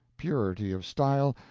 purity of style,